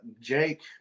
Jake